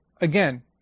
again